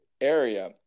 area